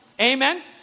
Amen